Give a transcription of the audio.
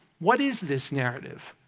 what is this narrative?